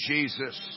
Jesus